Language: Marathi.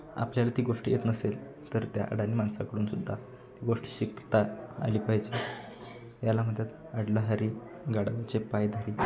आपल्याला ती गोष्ट येत नसेल तर त्या अडाणी माणसाकडूनसुद्धा गोष्ट शिकता आली पाहिजे याला म्हणतात अडला हरी गाढवाचे पाय धरी